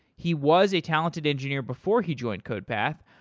he was a talented engineer before he joined codepath,